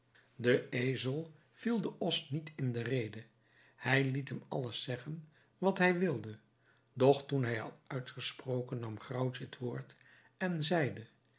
de ezel viel den os niet in de rede hij liet hem alles zeggen wat hij wilde doch toen hij had uitgesproken nam graauwtje het woord en zeide